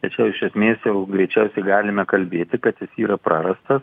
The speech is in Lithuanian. tačiau iš esmės jau greičiausiai galime kalbėti kad jis yra prarastas